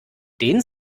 den